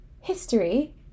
history